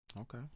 Okay